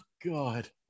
god